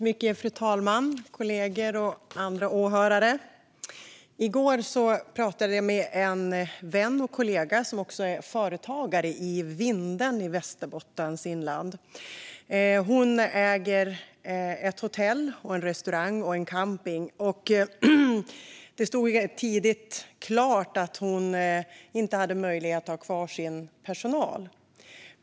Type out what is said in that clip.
Fru talman, kollegor och andra åhörare! I går pratade jag med en vän och kollega som också är företagare i Vindeln i Västerbottens inland. Hon äger ett hotell, en restaurang och en camping, och det stod tidigt klart att hon inte hade möjlighet att ha kvar sin personal.